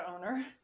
owner